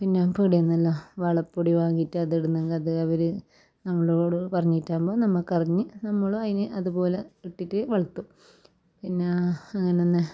പിന്നെ പീടിന്നെല്ലാം വളപ്പൊടി വാങ്ങിയിട്ട് അത് ഇടുന്നെങ്കിൽ അത് അവർ നമ്മളോട് പറഞ്ഞിട്ടാകുമ്പോൾ നമ്മൾക്കറിഞ്ഞ് നമ്മൾ അതിന് അതുപോലെ ഇട്ടിട്ട് വളർത്തും പിന്നെ അങ്ങനെ തന്നെ